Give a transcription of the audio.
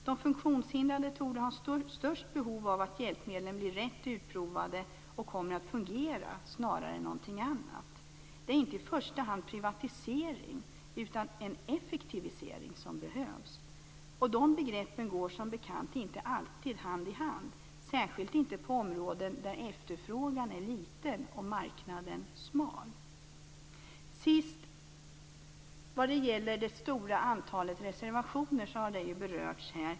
De funktionshindrade torde ha störst behov av att hjälpmedlen blir rätt utprovade och kommer att fungera snarare än någonting annat. Det är inte i första hand en privatisering utan en effektivisering som behövs. De begreppen går som bekant inte alltid hand i hand, särskilt inte på områden där efterfrågan är liten och marknaden smal. Det stora antalet reservationer har berörts här.